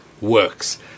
works